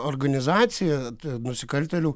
organizacija nusikaltėlių